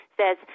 says